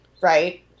right